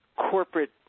corporate